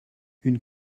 une